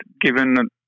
given